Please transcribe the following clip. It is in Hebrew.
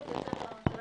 כרגע